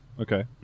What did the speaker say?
Okay